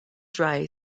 dry